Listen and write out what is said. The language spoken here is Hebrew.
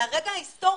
אבל הרגע ההיסטורי,